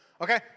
Okay